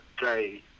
day